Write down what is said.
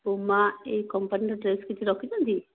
Puma ଏହି କମ୍ପାନିର dress କିଛି ରଖିଛନ୍ତି